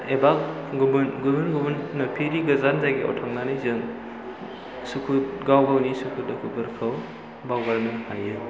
एबा गुबुन गुबुन गुबुन नुफेरि गोजान जायगायाव थांनानै जों सुखु गाव गावनि सुखु दुखुफोरखौ बावगारनो हायो